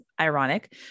ironic